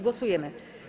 Głosujemy.